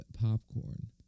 popcorn